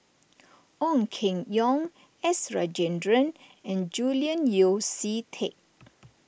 Ong Keng Yong S Rajendran and Julian Yeo See Teck